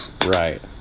right